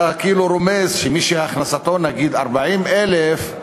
אתה כאילו רומז שמי שהכנסתו למשל 40,000,